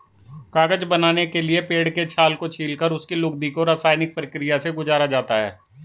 कागज बनाने के लिए पेड़ के छाल को छीलकर उसकी लुगदी को रसायनिक प्रक्रिया से गुजारा जाता है